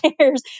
chairs